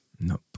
Nope